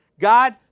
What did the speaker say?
God